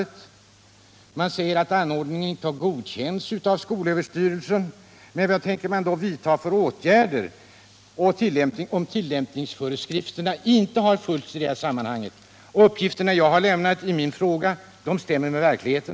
Statsrådet säger att byggnaden inte har godkänts av skolöverstyrelsen. Men vad tänker man då vidta för åtgärder, om tillämpningsföreskrifterna inte har följts i detta sammanhang? De uppgifter jag lämnat i min fråga stämmer med verkligheten.